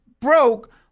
broke